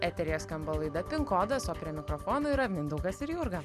eteryje skamba laida kodas o prie mikrofono yra mindaugas ir jurga